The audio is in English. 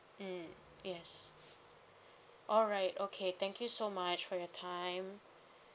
mmhmm yes alright okay thank you so much for your time